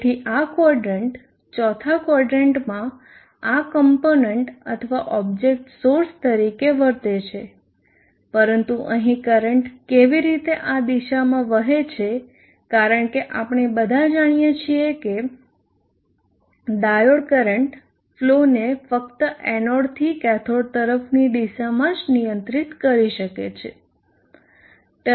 તેથી આ ક્વોદરન્ટ ચોથા ક્વોદરન્ટમાં આ કોમ્પોનન્ટ અથવા ઓબ્જેક્ટ સોર્સ તરીકે વર્તે છે પરંતુ અહીં કરંટ કેવી રીતે આ દિશામાં વહે છે કારણ કે આપણે બધા જાણીએ છીએ કે ડાયોડ કરંટ ફ્લોને ફક્ત એનોડથી કેથોડ તરફની દિશામાં જ નિયંત્રિત કરી શકે છે